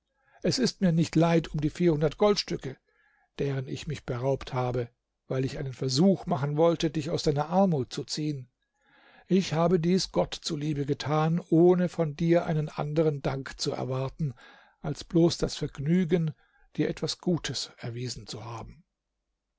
es ist mir nicht leid um die vierhundert goldstücke deren ich mich beraubt habe weil ich einen versuch machen wollte dich aus deiner armut zu ziehen ich habe dies gott zuliebe getan ohne von dir einen anderen dank zu erwarten als bloß das vergnügen dir etwas gutes erwiesen zu haben